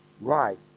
right